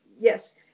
yes